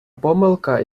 помилка